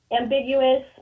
ambiguous